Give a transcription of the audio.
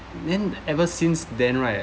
then ever since then right